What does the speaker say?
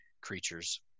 creatures